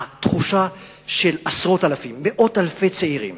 התחושה של עשרות אלפים, מאות אלפי צעירים